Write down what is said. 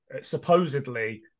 supposedly